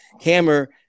hammer